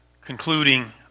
concluding